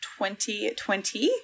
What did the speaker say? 2020